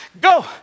go